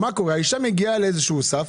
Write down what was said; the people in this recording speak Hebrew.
האשה מגיעה לסף.